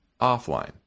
offline